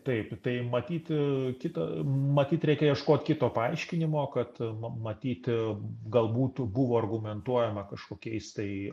taip tai matyti kitą matyt reikia ieškot kito paaiškinimo kad ma matyti galbūt buvo argumentuojama kažkokiais tai